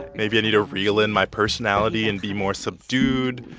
maybe i need to reel in my personality and be more subdued.